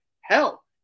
hell